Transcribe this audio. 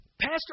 Pastor